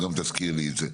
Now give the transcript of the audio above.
גם תזכיר לי את זה.